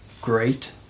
great